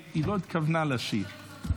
היא לא התכוונה לשיר.